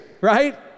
right